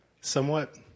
somewhat